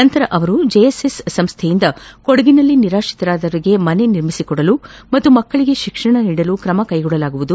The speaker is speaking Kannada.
ನಂತರ ಅವರು ಜೆಎಸ್ಎಸ್ ಸಂಸ್ಥೆಯಿಂದ ಕೊಡಗಿನಲ್ಲಿ ನಿರಾತ್ರಿತರಾದವರಿಗೆ ಮನೆ ನಿರ್ಮಿಸಿಕೊಡಲು ಮತ್ತು ಮಕ್ಕಳಿಗೆ ಶಿಕ್ಷಣ ನೀಡಲು ಕ್ರಮ ಕೈಗೊಳ್ಳಲಾಗುವುದು